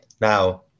Now